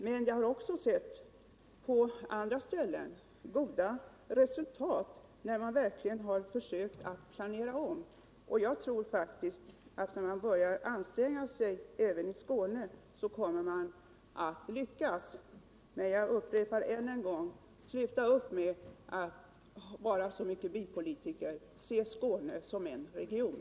Men jag har också på andra ställen sett goda resultat, när man verkligen försökt planera om. Jag tror faktiskt att man även i Skåne kommer att lyckas när man börjar anstränga sig. Jag upprepar än en gång: Sluta upp med att vara bypolitiker! Se Skåne såsom en region!